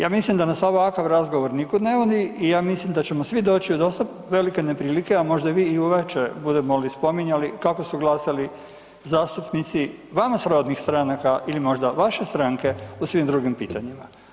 Ja mislim da nas ovakav razgovor nikud ne vodi i ja mislim da ćemo svi doći u dosta velike neprilike, a možda vi i u veće budemo li spominjali kako su glasali zastupnici vama srodnih stranaka ili možda vaše stranke u svim drugim pitanjima.